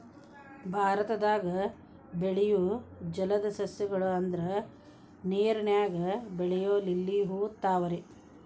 ಭಾರತದಾಗ ಬೆಳಿಯು ಜಲದ ಸಸ್ಯ ಗಳು ಅಂದ್ರ ನೇರಿನಾಗ ಬೆಳಿಯು ಲಿಲ್ಲಿ ಹೂ, ತಾವರೆ